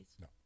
No